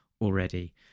already